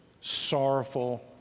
sorrowful